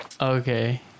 Okay